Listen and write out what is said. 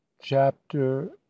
Chapter